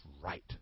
right